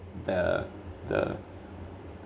the the